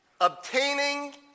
Obtaining